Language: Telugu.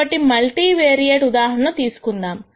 కాబట్టి మల్టీ వేరియేట్ ఉదాహరణ తీసుకుందాము